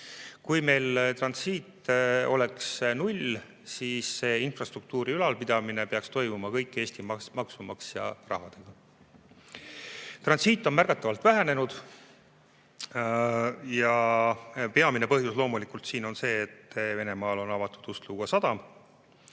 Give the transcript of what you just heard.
Kui meil transiit oleks null, siis infrastruktuuri ülalpidamine peaks toimuma Eesti maksumaksja rahaga. Transiit on märgatavalt vähenenud. Peamine põhjus on siin loomulikult see, et Venemaal on avatud Ust-Luga sadam.